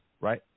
right